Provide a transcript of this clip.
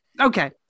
okay